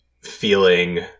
feeling